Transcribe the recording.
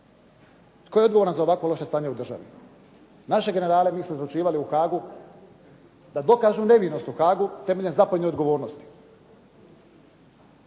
Tko je odgovoran za ovako loše stanje u državi? Naše generale mi smo izručivali u Haagu da dokažu nevinost u Haagu temeljem zapovijedane odgovornosti.